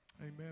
Amen